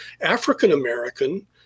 African-American